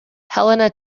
helena